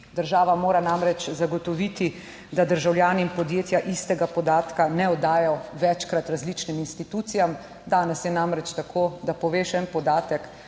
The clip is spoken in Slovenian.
država mora namreč zagotoviti, da državljani in podjetja istega podatka ne oddajo večkrat različnim institucijam. Danes je namreč tako, da poveš en podatek,